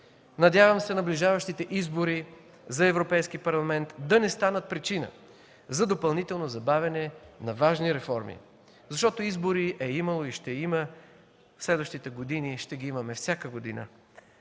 Надявам се наближаващите избори за Европейски парламент да не станат причина за допълнително забавяне на важни реформи, защото избори е имало и ще има. През следващите години ще ги имаме всяка година,